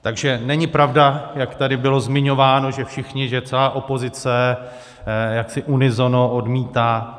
Takže není pravda, jak tady bylo zmiňováno, že všichni, že celá opozice jaksi unisono odmítá.